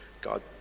god